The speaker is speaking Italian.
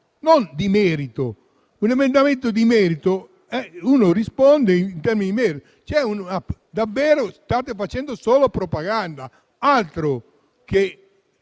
non di merito. Su un emendamento di merito, si risponde in termini di merito. State facendo solo propaganda, altro che